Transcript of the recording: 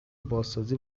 بازسازی